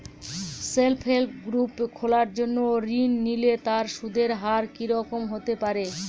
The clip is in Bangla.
সেল্ফ হেল্প গ্রুপ খোলার জন্য ঋণ নিলে তার সুদের হার কি রকম হতে পারে?